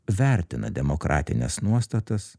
vertina demokratines nuostatas